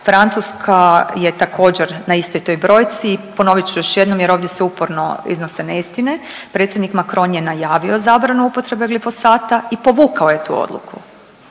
Francuska je također na istoj toj brojci. I ponovit ću još jednom jer ovdje se uporno iznose neistine. Predsjednik Macron je najavio zabranu upotrebe glifosata i povukao je tu odluku.